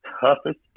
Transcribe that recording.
toughest